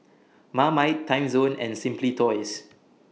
Marmite Timezone and Simply Toys